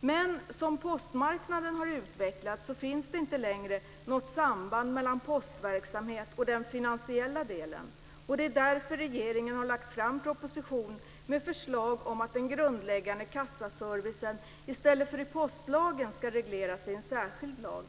Men som postmarknaden har utvecklats finns det inte längre något samband mellan postverksamheten och den finansiella delen. Det är därför regeringen har lagt fram en proposition med förslag om att den grundläggande kassaservicen ska regleras i en särskild lag i stället för i postlagen.